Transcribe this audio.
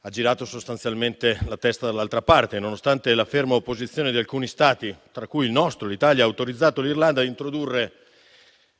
ha girato sostanzialmente la testa dall'altra parte. Nonostante la ferma opposizione di alcuni Stati, tra cui l'Italia, ha infatti autorizzato l'Irlanda a introdurre,